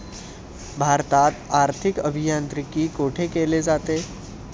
भारतात आर्थिक अभियांत्रिकी कोठे केले जाते?